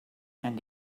and